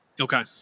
Okay